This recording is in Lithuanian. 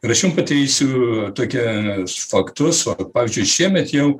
ir aš jums pateiksiu tokia faktus o pavyzdžiui šiemet jau